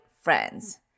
friends